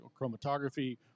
chromatography